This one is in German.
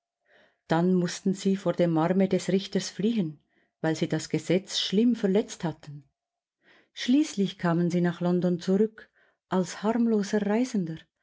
dann mußten sie vor dem arme des richters fliehen weil sie das gesetz schlimm verletzt hatten schließlich kamen sie nach london zurück als harmloser reisender